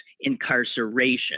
incarceration